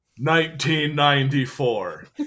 1994